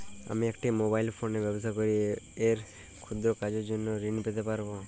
আমি একটি মোবাইল ফোনে ব্যবসা করি এই ক্ষুদ্র কাজের জন্য ঋণ পেতে পারব?